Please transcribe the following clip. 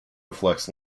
reflects